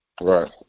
right